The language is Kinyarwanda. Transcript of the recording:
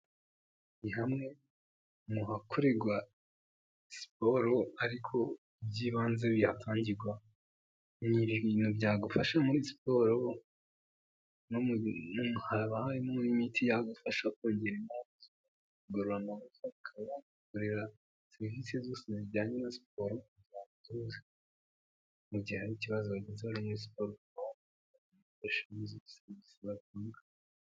Ni hamwe mu hakorerwa siporo ariko by'ibanze bitangirwa ni ibintu byagufasha muri siporo no mu haba harimo n'imiti yadufasha kongera ku ingokorera serivisi zose zijyanye na siporo mu gihe hari ikibazo bagenzi rayon sports bashizi serivisi batanga.